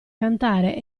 cantare